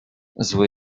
zły